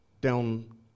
down